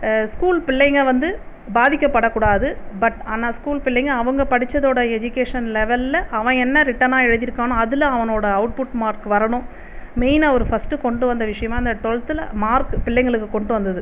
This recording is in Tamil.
ஸ்கூல் பிள்ளைங்கள் வந்து பாதிக்கப்படக்கூடாது பட் ஆனால் ஸ்கூல் பிள்ளைங்கள் அவங்க படிச்சதோட எஜிகேஷன் லெவலில் அவன் என்ன ரிட்டனாக எழுதிருக்கானோ அதில் அவனோட அவுட் புட் மார்க் வரணும் மெயினாக அவர் ஃபஸ்ட்டு கொண்டு வந்த விஷயம்னா அந்த டுவெல்த்தில் மார்க் பிள்ளைங்களுக்கு கொண்டுட்டு வந்தது